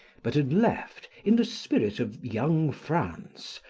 but had left, in the spirit of young france,